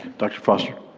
dr. foster.